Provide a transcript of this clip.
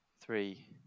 three